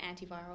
antiviral